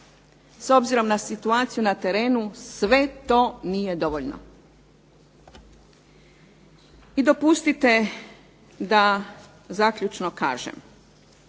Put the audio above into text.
s obzirom na situaciju na terenu sve to nije dovoljno. I dopustite da zaključno kažem.